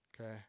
okay